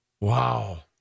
Wow